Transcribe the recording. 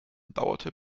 dauerte